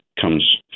comes